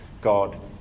God